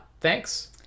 thanks